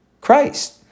Christ